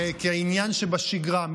כעניין שבשגרה,